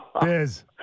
Biz